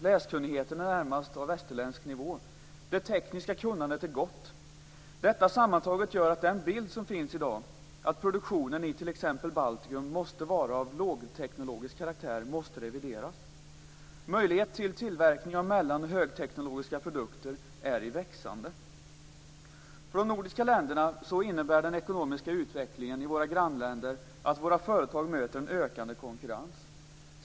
Läskunnigheten är närmast på västerländsk nivå. Det tekniska kunnandet är gott. Detta sammantaget gör att den bild som finns i dag av att produktionen i t.ex. Baltikum måste vara av lågteknologisk karaktär måste revideras. Möjlighet till tillverkning av mellan och högteknologiska produkter är i växande. För de nordiska länderna innebär den ekonomiska utvecklingen i våra grannländer att våra företag möter en ökande konkurrens.